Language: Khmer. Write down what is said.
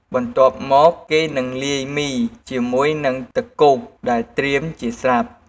បន្ទាប់មកគេនឹងលាយមីជាមួយនឹងទឹកគោកដែលត្រៀមជាស្រាប់។